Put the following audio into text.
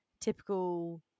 typical